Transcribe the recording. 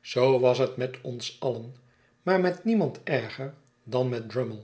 zoo was het met ons alien maar met niemand erger dan met drummle